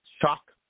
shock